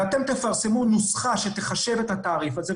ואתם תפרסמו נוסחה שתחשב את התעריף הזה,